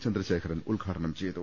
ചന്ദ്രശേഖരൻ ഉദ്ഘാ ടനം ചെയ്തു